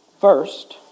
First